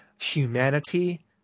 humanity